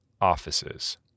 offices